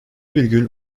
virgül